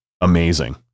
Amazing